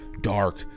dark